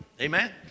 Amen